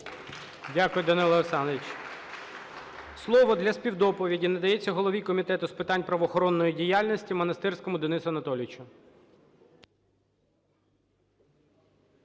Дякую Данило Олександрович. Слово для співдоповіді надається голові Комітету з питань правоохоронної діяльності Монастирському Денису Анатолійовичу.